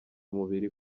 umubiri